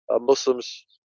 Muslims